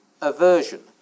aversion